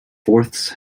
fourths